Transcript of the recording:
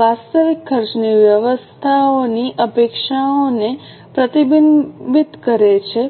વાસ્તવિક ખર્ચની વ્યવસ્થાઓની અપેક્ષાને પ્રતિબિંબિત કરે છે